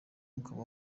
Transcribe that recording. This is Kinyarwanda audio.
ukaba